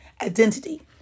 identity